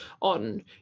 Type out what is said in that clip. on